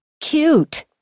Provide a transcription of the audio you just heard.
Cute